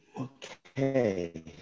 Okay